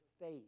faith